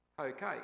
Okay